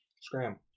Scram